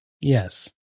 Yes